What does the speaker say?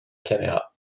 caméra